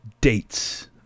dates